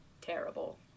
terrible